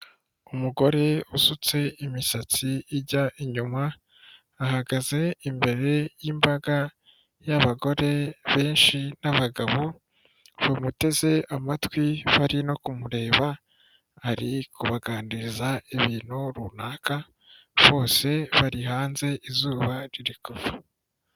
Umugore usutse imisatsi ijya inyuma, ahagaze imbere y'imbaga y'abagore benshi n'abagabo, bamuteze amatwi bari no kumureba, ari kubaganiriza ibintu runaka bose bari hanze izuba riri kuva.